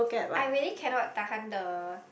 I really cannot tahan the